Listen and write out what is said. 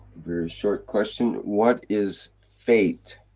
very short question. what is fate?